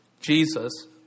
Jesus